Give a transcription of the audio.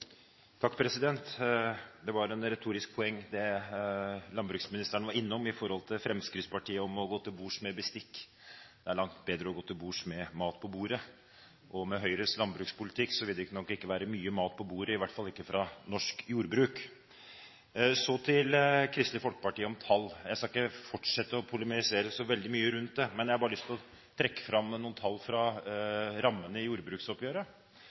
Det var et retorisk poeng landbruksministeren var innom når det gjelder Fremskrittspartiet, om å gå til bords med bestikk: Det er langt bedre å gå til bords med mat på bordet. Med Høyres landbrukspolitikk vil det nok ikke være mye mat på bordet, i hvert fall ikke fra norsk jordbruk. Så til Kristelig Folkeparti om tall: Jeg skal ikke fortsette å polemisere veldig mye rundt det, men jeg har bare lyst til å trekke fram noen tall fra rammene i jordbruksoppgjøret.